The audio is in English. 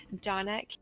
Donna